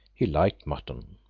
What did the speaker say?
he liked mutton.